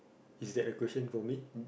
is that a question for me